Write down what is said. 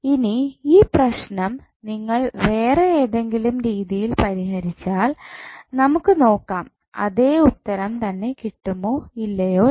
ഇനി ഈ പ്രശ്നം നിങ്ങൾ വേറെ ഏതെങ്കിലും രീതിയിൽ പരിഹരിച്ചാൽ നമുക്ക് നോക്കാം അതേ ഉത്തരം തന്നെ കിട്ടുമോ ഇല്ലയോ എന്ന്